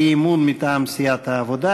האי-אמון מטעם סיעת העבודה.